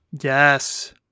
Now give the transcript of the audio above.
Yes